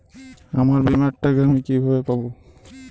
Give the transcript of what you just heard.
আমার বীমার টাকা আমি কিভাবে পাবো?